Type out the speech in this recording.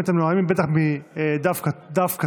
בטח אם אתם נואמים מדף כתוב,